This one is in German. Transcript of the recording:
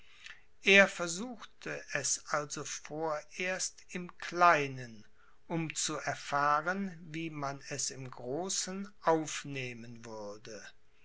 er versuchte es also vorerst im kleinen um zu erfahren wie man es im großen aufnehmen würde